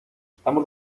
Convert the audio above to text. estamos